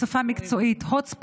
בשפה המקצועית hot spot